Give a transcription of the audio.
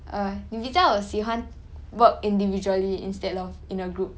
err 你比较喜欢 work individually instead of in a group